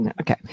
okay